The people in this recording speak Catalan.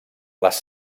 les